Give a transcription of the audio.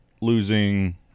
losing